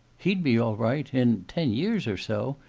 he'd be all right in ten years or so.